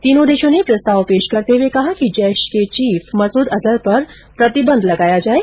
तीनों देशों ने प्रस्ताव पेश करते हुए कहा कि जैश के चीफ मसूद अजहर पर प्रतिबंध लगाया जाये